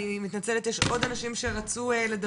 אני מתנצלת יש עוד אנשים שרצו לדבר,